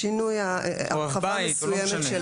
או אב בית למשל.